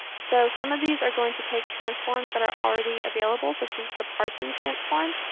so some of these are going to take transforms that are already available, such as the parsing transform.